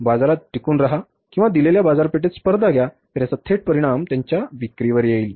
बाजारात टिकून रहा किंवा दिलेल्या बाजारपेठेत स्पर्धा घ्या तर त्याचा थेट परिणाम त्यांच्या विक्रीवर येईल